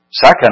Second